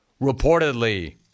reportedly